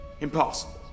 Impossible